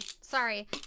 Sorry